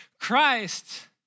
Christ